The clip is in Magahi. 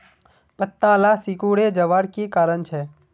पत्ताला सिकुरे जवार की कारण छे?